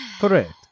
Correct